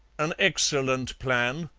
an excellent plan,